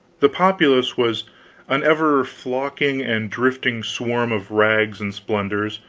the populace was an ever flocking and drifting swarm of rags, and splendors,